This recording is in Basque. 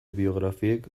biografiek